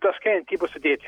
taškai bus sudėti